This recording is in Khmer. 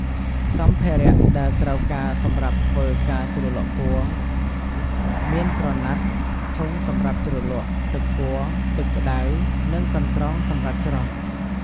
សម្ភារៈដែលត្រូវការសម្រាប់ធ្វើការជ្រលក់ពណ៌មាន ក្រណាត់ ធុងសម្រាប់ជ្រលក់ ទឹកពណ៌ ទឹកក្ដៅ និង កន្រង់សម្រាប់ច្រោះ។